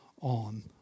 on